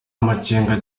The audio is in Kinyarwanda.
amakenga